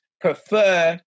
prefer